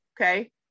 Okay